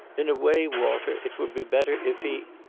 in a way, walter, it would be better, if he.